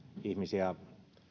ihmisiä